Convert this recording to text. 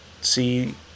see